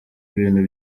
ibintu